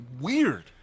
weird